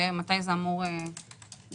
ומתי זה אמור לקרות?